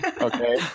okay